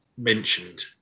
mentioned